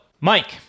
Mike